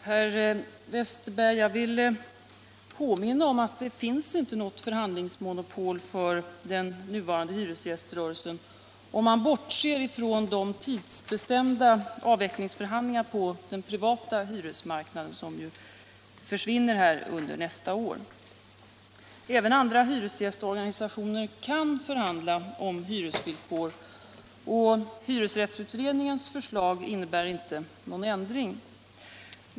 Herr talman! Jag vill påminna herr Westerberg om att det inte finns något förhandlingsmonopol för hyresgäströrelsen, om man bortser från de tidsbestämda avvecklingsförhandlingar på den privata hyresmarknaden som försvinner under nästa år. Även andra hyresgästsorganisationer kan förhandla om hyresvillkor, och hyresrättsutredningens förslag innebär inte någon ändring.